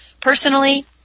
personally